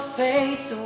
face